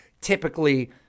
typically